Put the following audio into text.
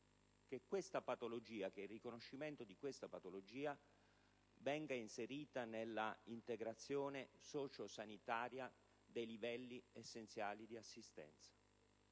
della necessità che questa patologia venga inserita nell'integrazione sociosanitaria dei livelli essenziali di assistenza.